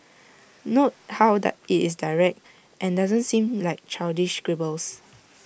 note how that IT is direct and doesn't seem like childish scribbles